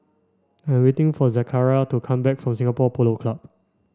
I'm waiting for Zachariah to come back from Singapore Polo Club